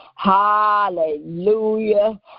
Hallelujah